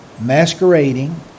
masquerading